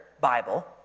Bible